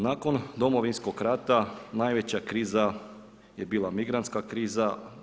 Nakon Domovinskog rata, najveća kriza je bila migrantska kriza.